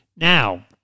Now